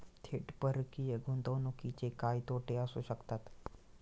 थेट परकीय गुंतवणुकीचे काय तोटे असू शकतात?